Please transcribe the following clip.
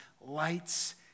lights